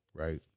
right